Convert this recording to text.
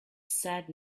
said